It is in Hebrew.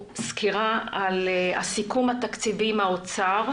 סקירה על הסיכום התקציבי עם האוצר,